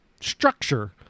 structure